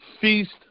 feast